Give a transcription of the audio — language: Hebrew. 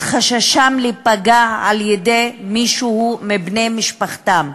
חששן להיפגע על-ידי מישהו מבני משפחתן.